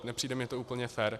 Nepřijde mi to úplně fér.